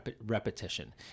repetition